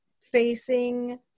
facing